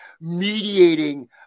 mediating